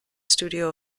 studio